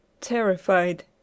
Terrified